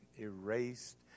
erased